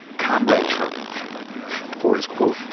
comrade trump for his, quote,